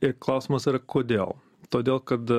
ir klausimas yra kodėl todėl kad